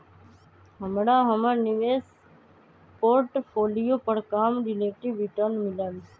हमरा हमर निवेश पोर्टफोलियो पर कम रिलेटिव रिटर्न मिलल